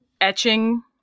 etching